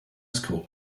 school